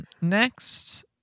Next